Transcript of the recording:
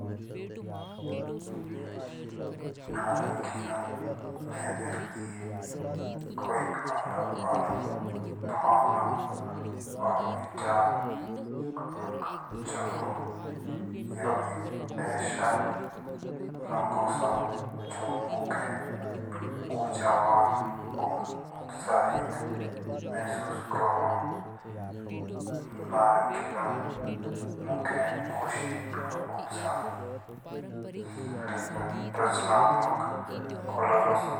नारंगी रंग मेरे लिए कोई अलग अलग भावना और विचार जगाओ। जो एक ऐसा रंग आसा जो मुखु ऊर्जा और उत्साहित महसूस करो। नारंगी रंग मुखु खुशी और उत्साह से लेकर रचनात्मक कुन रंग आसा।